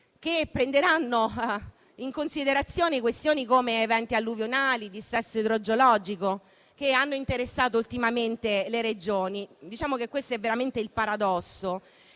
che prenderanno in considerazione questioni come eventi alluvionali e dissesto idrogeologico che hanno interessato ultimamente le Regioni. Diciamo che questo è veramente il paradosso.